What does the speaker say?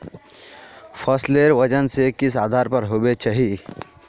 फसलेर वजन किस आधार पर होबे चही?